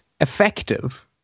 effective